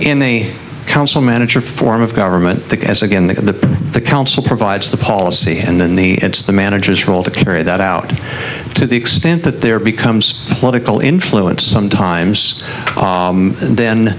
any council manager form of government as again the the council provides the policy and then the it's the managers role to carry that out to the extent that there becomes political influence sometimes and then